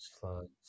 floods